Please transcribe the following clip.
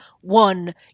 one